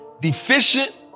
deficient